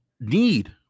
need